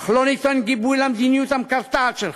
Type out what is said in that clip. אך לא ניתן גיבוי למדיניות המקרטעת שלך,